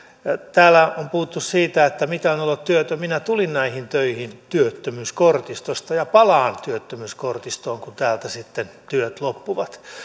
täällä on puhuttu siitä mitä on olla työtön minä tulin näihin töihin työttömyyskortistosta ja palaan työttömyyskortistoon sitten kun täältä työt loppuvat